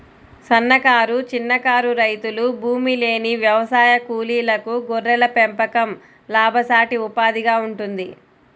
సన్నకారు, చిన్నకారు రైతులు, భూమిలేని వ్యవసాయ కూలీలకు గొర్రెల పెంపకం లాభసాటి ఉపాధిగా ఉంటుంది